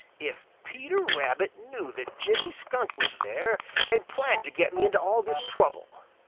if peter rabbit knew that jimmy skunk was there and planned to get me into all this trouble.